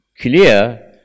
clear